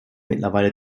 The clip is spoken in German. mittlerweile